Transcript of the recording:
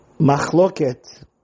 machloket